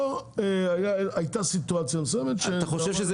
פה הייתה סיטואציה מסוימת --- אתה חושב שזה